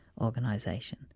organization